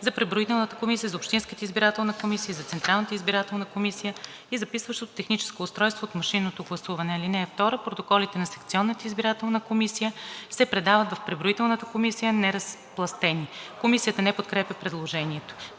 за преброителната комисия, за общинската избирателна комисия и за Централната избирателна комисия, и записващото техническо устройство от машинното гласуване. (2) Протоколите на секционната избирателна комисия се предават в преброителната комисия неразпластени.“ Комисията не подкрепя предложението.